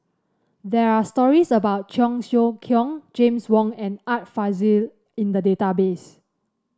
there are stories about Cheong Siew Keong James Wong and Art Fazil in the database